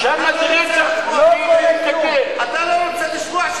אתה לא רוצה לשמוע,